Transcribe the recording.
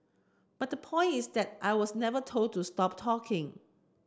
but the point is that I was never told to stop talking